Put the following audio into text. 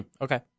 Okay